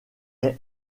est